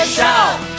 Shout